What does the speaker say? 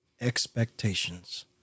Expectations